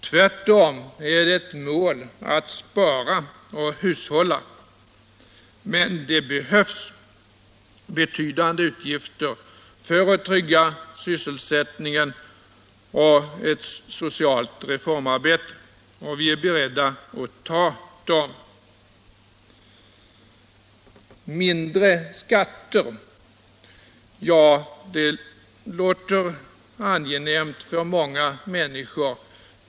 Tvärtom är det ett mål att spara och hushålla, men det behövs betydande utgifter för att trygga sysselsättningen och ett socialt reformarbete, och vi är beredda att ta dem. Mindre skatter — ja, det låter angenämt för många människor.